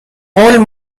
قول